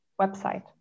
website